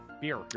beer